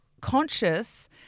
conscious